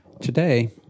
Today